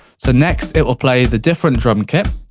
so, next it will play the different drum kit.